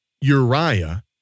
Uriah